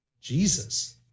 Jesus